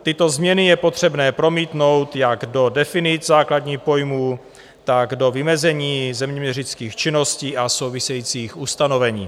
Tyto změny je potřebné promítnout jak do definic základních pojmů, tak do vymezení zeměměřických činností a souvisejících ustanovení.